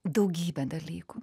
daugybę dalykų